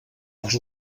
els